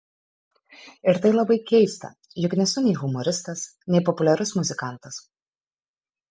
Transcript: ir tai labai keista juk nesu nei humoristas nei populiarus muzikantas